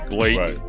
Blake